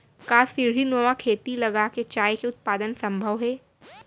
का सीढ़ीनुमा खेती लगा के चाय के उत्पादन सम्भव हे?